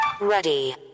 Ready